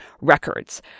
records